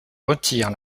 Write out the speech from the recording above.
retire